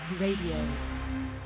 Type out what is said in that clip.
radio